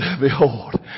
behold